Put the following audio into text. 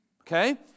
Okay